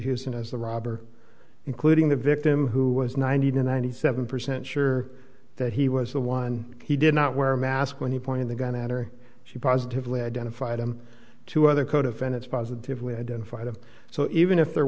houston as the robber including the victim who was nine hundred ninety seven percent sure that he was the one he did not wear a mask when he pointed the gun at her she positively identified him to other co defendants positively identified him so even if there